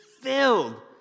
filled